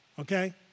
okay